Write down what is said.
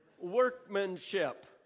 Workmanship